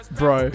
bro